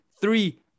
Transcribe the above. three